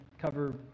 cover